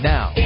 Now